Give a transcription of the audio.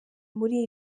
muri